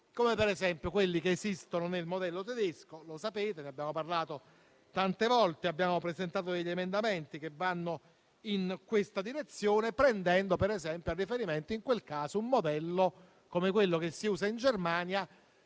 come quelli che esistono nel modello tedesco. Lo sapete, ne abbiamo parlato tante volte, abbiamo presentato degli emendamenti che vanno in questa direzione, prendendo a riferimento un modello, come quello che si usa in Germania,